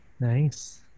nice